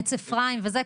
עץ אפרים וזה,